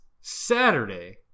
Saturday